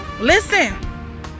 Listen